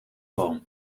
boom